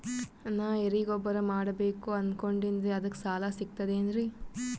ನಾ ಎರಿಗೊಬ್ಬರ ಮಾಡಬೇಕು ಅನಕೊಂಡಿನ್ರಿ ಅದಕ ಸಾಲಾ ಸಿಗ್ತದೇನ್ರಿ?